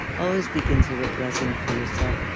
always begins with a blessing for yourself.